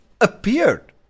appeared